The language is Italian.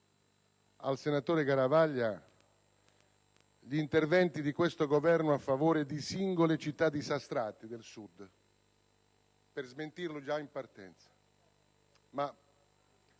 al senatore Garavaglia gli interventi di questo Governo a favore di singole città disastrate del Sud per smentirlo già in partenza, ma